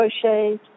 crochets